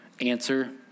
answer